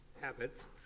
habits